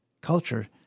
culture